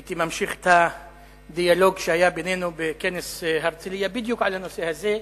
הייתי ממשיך את הדיאלוג שהיה בינינו בכנס הרצלייה בדיוק על הנושא הזה,